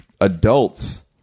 Adults